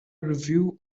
review